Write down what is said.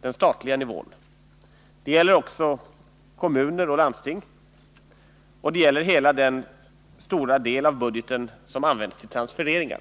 de statliga myndigheterna. Det gäller också kommuner och landsting, och det gäller hela den stora del av budgeten som används till transfereringar.